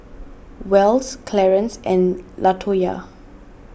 Wells Clarance and Latoyia